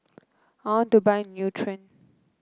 I want to buy Nutren